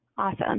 Awesome